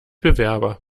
bewerber